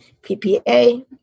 PPA